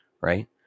Right